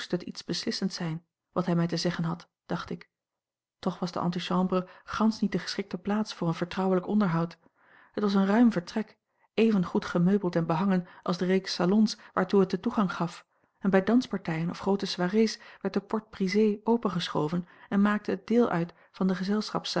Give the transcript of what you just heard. iets beslissends zijn wat hij mij te zeggen had dacht ik toch was de antichambre gansch niet de geschikte plaats voor een vertrouwelijk onderhoud het was een ruim vertrek even goed gemeubeld en behangen als de reeks salons waartoe het den toegang gaf en bij danspartijen of groote soirées werd de porte-brisée opengeschoven en maakte het deel uit van de